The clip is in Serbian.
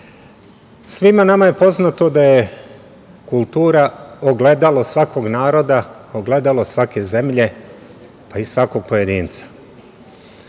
nama je poznato da je kultura ogledalo svakog naroda, ogledalo svake zemlje, pa i svakog pojedinca.